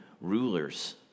rulers